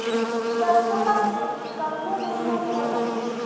सरसों का खेती कवने महीना में होला?